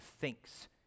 thinks